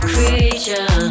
Creature